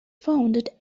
founded